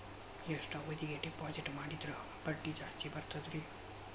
ಎಷ್ಟು ಅವಧಿಗೆ ಡಿಪಾಜಿಟ್ ಮಾಡಿದ್ರ ಬಡ್ಡಿ ಜಾಸ್ತಿ ಬರ್ತದ್ರಿ?